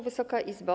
Wysoka Izbo!